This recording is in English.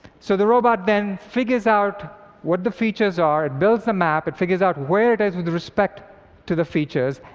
so the robot then figures out what the features are, it builds the map, it figures out where it is with respect to the features,